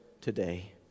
today